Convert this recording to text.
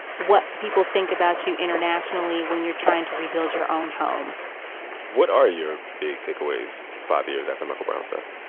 what people think about you internationally when you're trying to rebuild your own home what are your big takeaways five years after michael brown's death?